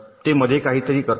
ते मधे काहीतरी करतात